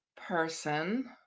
person